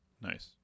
Nice